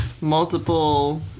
multiple